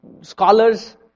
scholars